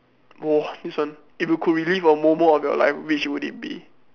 !whoa! this one if you could relive a moment of your life which would it be